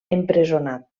empresonat